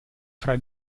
fra